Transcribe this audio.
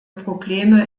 probleme